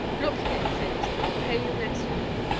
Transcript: look here, simms, i'll pay you next week.